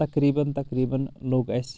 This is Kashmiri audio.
تقریباً تقریباً لوٚگ اسہِ